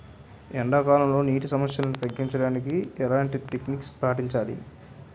ఎండా కాలంలో, నీటి సమస్యలను తగ్గించడానికి ఎలాంటి టెక్నిక్ పాటించాలి?